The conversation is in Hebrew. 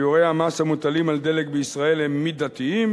שיעורי המס המוטלים על דלק בישראל הם מידתיים,